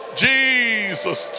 jesus